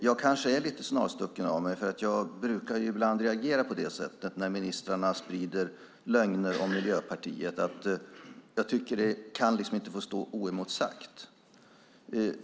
Jag kanske är lite snarstucken, för jag brukar reagera på det sättet när ministrarna sprider lögner om Miljöpartiet att jag tycker att de inte kan få stå oemotsagda.